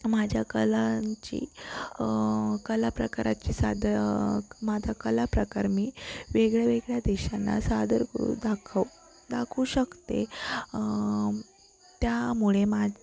माझ्या कलांची कलाप्रकाराची साद माझा कलाप्रकार मी वेगळ्या वेगळ्या देशांना सादर करू दाखव दाखवू शकते त्यामुळे मा